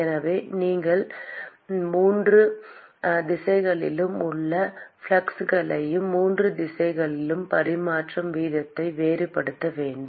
எனவே நீங்கள் மூன்று திசைகளிலும் உள்ள ஃப்ளக்ஸ்களையும் மூன்று திசைகளிலும் பரிமாற்ற வீதத்தையும் வேறுபடுத்த வேண்டும்